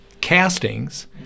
castings